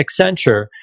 Accenture